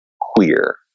queer